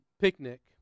picnic